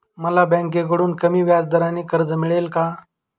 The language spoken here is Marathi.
मला बँकेकडून कमी व्याजदराचे कर्ज मिळेल का?